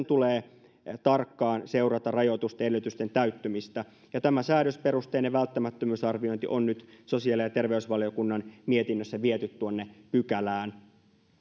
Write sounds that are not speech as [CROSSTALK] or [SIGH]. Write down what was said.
[UNINTELLIGIBLE] tulee tarkkaan seurata rajoitusten edellytysten täyttymistä tämä säädösperusteinen välttämättömyysarviointi on nyt sosiaali ja terveysvaliokunnan mietinnössä viety tuonne pykälään